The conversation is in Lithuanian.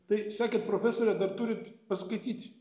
tai sakėt profesore dar turite paskaityt